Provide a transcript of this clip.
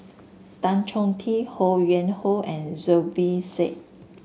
Tan Choh Tee Ho Yuen Hoe and Zubir Said